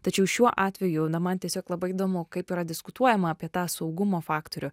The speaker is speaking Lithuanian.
tačiau šiuo atveju na man tiesiog labai įdomu kaip yra diskutuojama apie tą saugumo faktorių